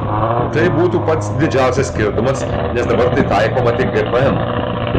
tai būtų pats didžiausias skirtumas nes dabar tai taikoma tik gpm